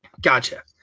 Gotcha